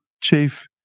chief